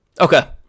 Okay